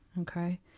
Okay